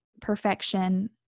perfection